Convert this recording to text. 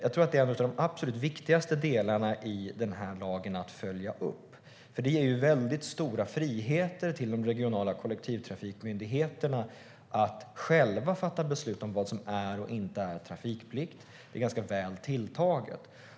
Jag tror att det är en av de absolut viktigaste delarna i den här lagen att följa upp, för det ger ju väldigt stora friheter för de regionala kollektivtrafikmyndigheterna att själva fatta beslut om vad som är och inte är trafikplikt. Det är ganska väl tilltaget.